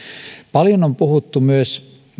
paljon on puhuttu myös